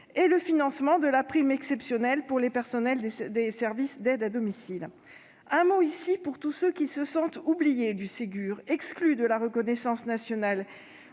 et le financement de la prime exceptionnelle pour les personnels des services d'aide à domicile. Je veux dire un mot, ici, pour tous ceux qui se sentent oubliés du Ségur, exclus de la reconnaissance nationale.